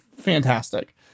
Fantastic